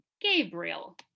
Gabriel